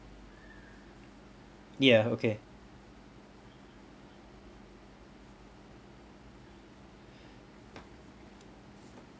ya okay